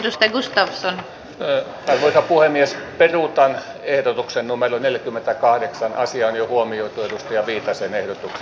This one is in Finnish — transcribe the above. jos gustafsson löi apua myös peruuttaa ehdotuksen numero neljäkymmentäkahdeksan asian jo huomioitu pia viitasen nenän